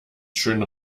schön